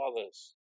others